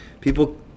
People